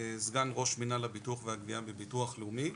סגן ראש המינהל הביטוח והגביה בביטוח לאומי.